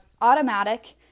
automatic